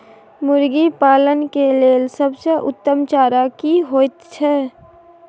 मुर्गी पालन के लेल सबसे उत्तम चारा की होयत छै?